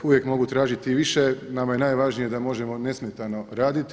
Uvijek mogu tražiti više, nama je najvažnije da možemo nesmetano raditi.